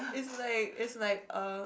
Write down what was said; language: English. it's like it's like er